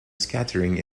scattering